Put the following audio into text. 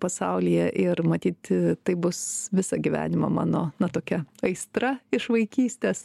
pasaulyje ir matyt tai bus visą gyvenimą mano na tokia aistra iš vaikystės